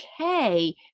okay